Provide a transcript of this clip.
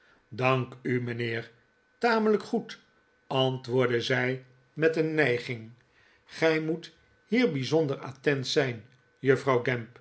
dank u mijnheer tamelijk goed antwoordde zij met een nijging gij moet hier bijzonder attent zijn juffrouw